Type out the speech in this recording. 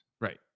right